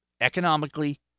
economically